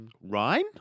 Rhine